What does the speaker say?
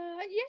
yes